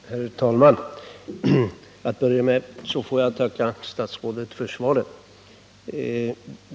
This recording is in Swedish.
Herr talman! Till att börja med får jag tacka statsrådet för svaret.